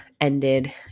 ended